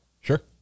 Sure